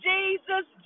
Jesus